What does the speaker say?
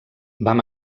vam